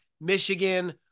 michigan